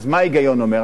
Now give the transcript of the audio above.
אז מה ההיגיון אומר?